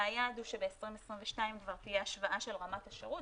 והיעד הוא שב-2022 כבר תהיה השוואה של רמת השירות.